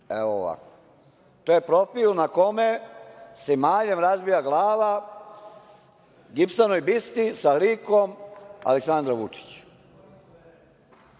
nešto dana. To je profil na kome se maljem razbija glava gipsanoj bisti sa likom Aleksandra Vučića.